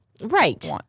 right